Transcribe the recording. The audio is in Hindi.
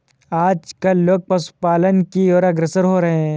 आजकल लोग पशुपालन की और अग्रसर हो रहे हैं